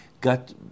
got